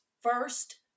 first